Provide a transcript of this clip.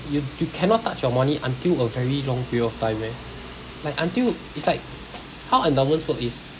you you cannot touch your money until a very long period of time eh like until it's like how endowments work is